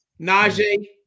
Najee